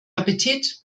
appetit